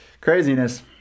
craziness